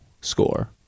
score